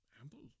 Ample